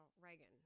Reagan